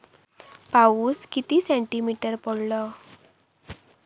पाऊस किती सेंटीमीटर पडलो?